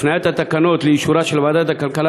הפניית התקנות לאישורה של ועדת הכלכלה